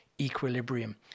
equilibrium